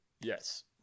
yes